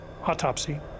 autopsy